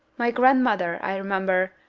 my grandmother, i remember,